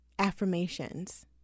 affirmations